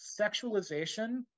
sexualization